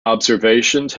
observations